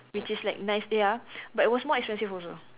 which is like nice ya but it was more expensive also